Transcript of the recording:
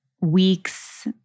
weeks